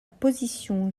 position